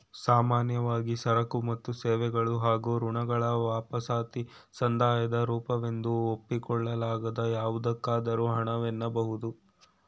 ಸಾಮಾನ್ಯವಾಗಿ ಸರಕು ಮತ್ತು ಸೇವೆಗಳು ಹಾಗೂ ಋಣಗಳ ವಾಪಸಾತಿ ಸಂದಾಯದ ರೂಪವೆಂದು ಒಪ್ಪಿಕೊಳ್ಳಲಾಗದ ಯಾವುದಕ್ಕಾದರೂ ಹಣ ವೆನ್ನಬಹುದು